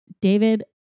David